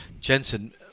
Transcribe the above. Jensen